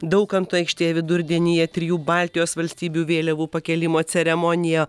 daukanto aikštėje vidurdienyje trijų baltijos valstybių vėliavų pakėlimo ceremonija